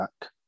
back